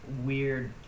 weird